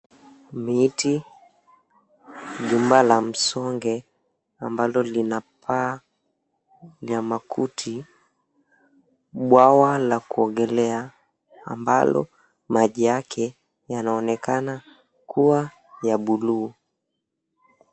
Miti, jumba la msonge, ambalo lina paa ya makuti, bwawa la kuogelea ambalo maji yake yanaonekana kuwa ya buluu.